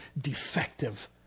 defective